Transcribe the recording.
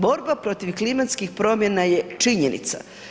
Borba protiv klimatskih promjena je činjenica.